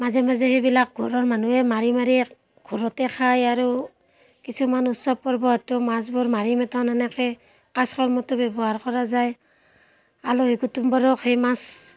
মাজে মাজে সেইবিলাক ঘৰৰ মানুহে মাৰি মাৰি এক ঘৰতে খায় আৰু কিছুমান উৎসৱ পৰ্বতো মাছবোৰ মাৰি মতন এনেকৈ কাজ কৰ্মতো ব্যৱহাৰ কৰা যায় আলহী কুটুম্বৰো খায় মাছ